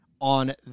on